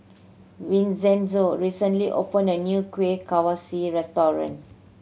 Vincenzo recently opened a new Kuih Kaswi restaurant